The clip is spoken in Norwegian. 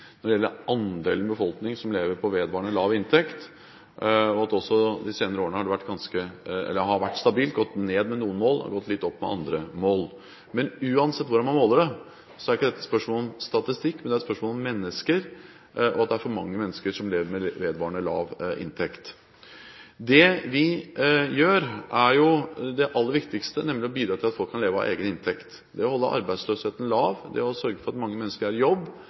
når det gjelder andelen i befolkningen som lever på vedvarende lav inntekt, og at også de senere årene har det vært stabilt – det har gått ned med noen mål og gått litt opp med andre mål. Men uansett hvordan man måler det, er ikke dette et spørsmål om statistikk, men det er et spørsmål om mennesker, og at det er for mange mennesker som lever med vedvarende lav inntekt. Det vi gjør, er jo det aller viktigste, nemlig å bidra til at folk kan leve av egen inntekt. Det å holde arbeidsløsheten lav, det å sørge for at mange mennesker er i jobb,